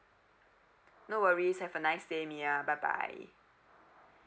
no worries have a nice day mya bye bye